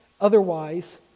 Otherwise